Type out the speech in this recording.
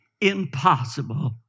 impossible